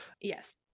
Yes